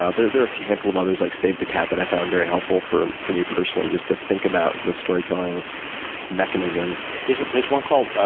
ah there were a handful of others, like save the cat, that i found very helpful for for me personally, just to think about the storytelling mechanisms. there's there's one called,